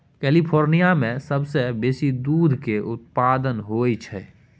California मे सबसँ बेसी दूध केर उत्पाद होई छै